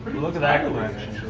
look at that correction.